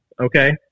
okay